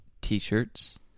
t-shirts